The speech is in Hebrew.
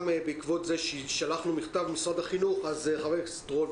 בעקבות זה שלחנו מכתב למשרד החינוך אז חבר הכנסת רול,